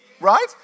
right